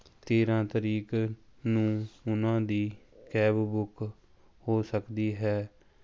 ਤੇਰਾਂ ਤਰੀਕ ਨੂੰ ਉਹਨਾਂ ਦੀ ਕੈਬ ਬੁੱਕ ਹੋ ਸਕਦੀ ਹੈ